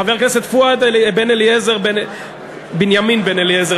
חבר הכנסת בנימין בן-אליעזר,